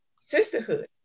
sisterhood